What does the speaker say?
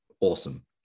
awesome